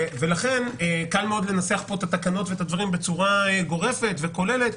לכן קל מאוד לנתח פה את התקנות ואת הדברים בצורה גורפת וכוללת,